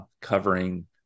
covering